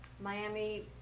Miami